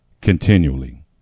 continually